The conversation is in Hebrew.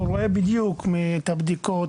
הוא רואה בדיוק את הבדיקות,